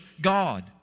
God